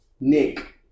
Nick